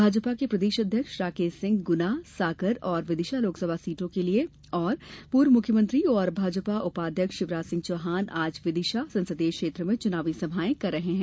भाजपा के प्रदेश अध्यक्ष राकेश सिंह गुना सागर और विदिशा लोकसभा सीटों के लिए और पूर्व मुख्यमंत्री और भाजपा उपाध्यक्ष शिवराज सिंह चौहान आज विदिशा संसदीय क्षेत्र में चुनावी सभाएं कर रहे हैं